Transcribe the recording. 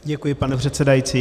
Děkuji, pane předsedající.